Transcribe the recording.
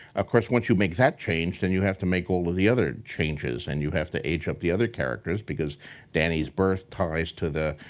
of course, once you make that change, and you have to make all of the other changes and you have to age up the other characters because dany's birth ties to the.